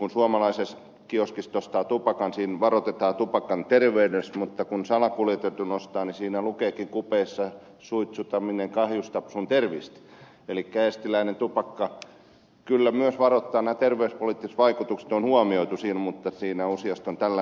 kun suomalaisesta kioskista ostaa tupakkaa siinä varoitetaan tupakan terveyshaitoista mutta kun salakuljetetun ostaa siinä lukeekin kupeessa suitsetamine kahjustab sun tervist elikkä eestiläinen tupakka kyllä myös varoittaa nämä terveyspoliittiset vaikutukset on huomioitu siinä mutta siinä useasti on tällainen teksti